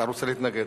אתה רוצה להתנגד?